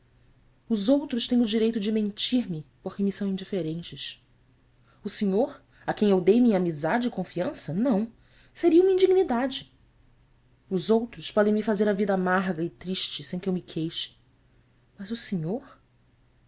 os outros têm o direito de mentir me porque me são indiferentes o senhor a quem eu dei minha amizade e confiança não seria uma indignidade os outros podem me fazer a vida amarga e triste sem que eu me queixe mas o senhor